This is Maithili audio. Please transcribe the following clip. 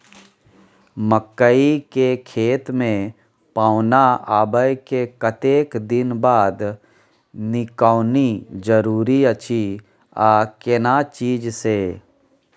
मकई के खेत मे पौना आबय के कतेक दिन बाद निकौनी जरूरी अछि आ केना चीज से?